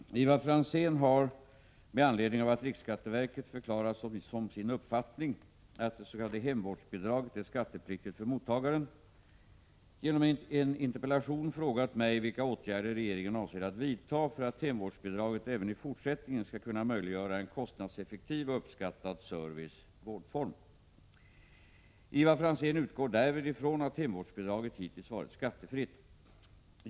Herr talman! Ivar Franzén har — med anledning av att riksskatteverket förklarat som sin uppfattning att det s.k. hemvårdsbidraget är skattepliktigt för mottagaren — genom en interpellation frågat mig vilka åtgärder regeringen avser att vidta för att hemvårdsbidraget även i fortsättningen skall kunna möjliggöra en kostnadseffektiv och uppskattad service/vårdform. Ivar Franzén utgår därvid ifrån att hemvårdsbidraget hittills varit skattefritt.